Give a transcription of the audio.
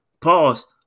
Pause